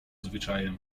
zwyczajem